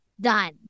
Done